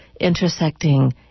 intersecting